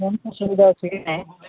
ଫ୍ୟାନ୍ଫେନ୍ ସୁବିଧା ଅଛି କି ନାଇ